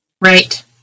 Right